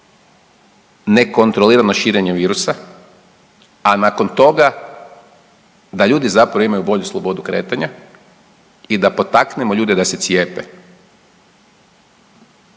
nekontrolirano širenje virusa, a nakon toga da ljudi zapravo imaju bolju slobodu kretanja i da potaknemo ljude da se cijepe.